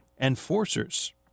Enforcers